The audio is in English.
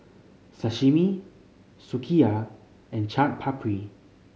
Sashimi Sukiyaki and Chaat Papri